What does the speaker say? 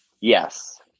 yes